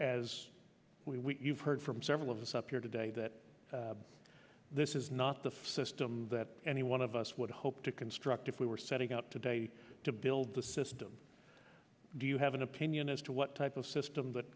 we heard from several of us up here today that this is not the system that any one of us would hope to construct if we were setting up today to build the system do you have an opinion as to what type of system that